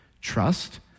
trust